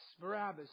Barabbas